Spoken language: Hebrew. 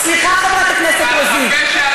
סליחה, חברת הכנסת רוזין.